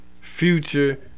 Future